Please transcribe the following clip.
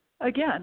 again